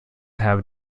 have